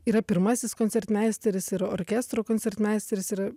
yra pirmasis koncertmeisteris yra orkestro koncertmeisteris yra